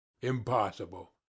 Impossible